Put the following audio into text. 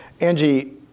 Angie